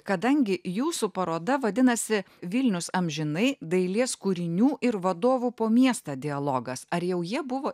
kadangi jūsų paroda vadinasi vilnius amžinai dailės kūrinių ir vadovų po miestą dialogas ar jau jie buvo